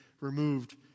removed